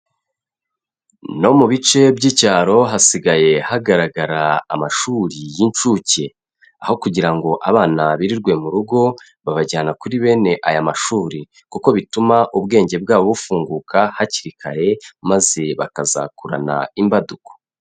No mu bice by'icyaro hasigaye hagaragara amashuri y'inshuke, aho kugira ngo abana birirwe mu rugo, babajyana kuri bene aya mashuri kuko bituma ubwenge bwabo bufunguka hakiri kare maze bakazakurana imbaduko.